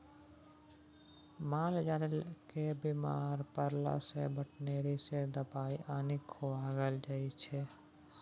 मालजाल केर बीमार परला सँ बेटनरी सँ दबाइ आनि खुआएल जाइ छै